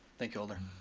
thank you alder.